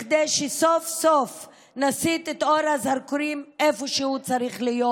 כדי שסוף-סוף נסיט את אור הזרקורים לאיפה שהוא צריך להיות: